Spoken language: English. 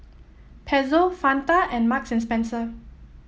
Pezzo Fanta and Marks and Spencer